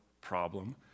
problem